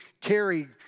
carry